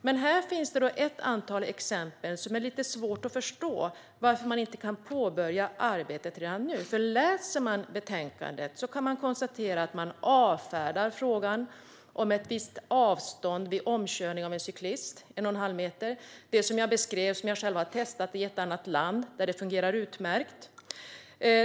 Men här finns ett antal exempel där det är lite svårt att förstå skälet till att man inte kan påbörja arbetet redan nu. Om man läser betänkandet ser man att majoriteten till exempel avfärdar frågan om ett visst avstånd vid omkörning av en cyklist. Det gäller en och en halv meter. Jag beskrev att jag själv har testat detta i ett annat land och att det fungerar utmärkt där.